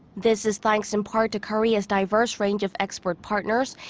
this is thanks in part to korea's diverse range of export partners.